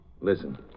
Listen